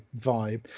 vibe